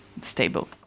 stable